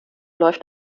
läuft